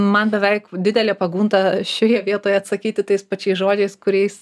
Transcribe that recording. man beveik didelė pagunda šioje vietoje atsakyti tais pačiais žodžiais kuriais